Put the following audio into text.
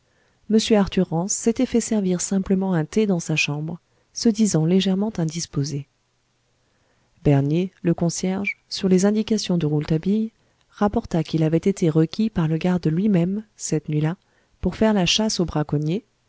arthur rance s'était fait servir simplement un thé dans sa chambre se disant légèrement indisposé bernier le concierge sur les indications de rouletabille rapporta qu'il avait été requis par le garde lui-même cette nuit-là pour faire la chasse aux braconniers